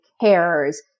cares